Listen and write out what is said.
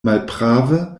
malprave